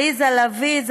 עליזה לביא,